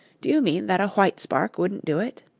do you mean that a white spark wouldn't do it?